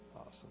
Awesome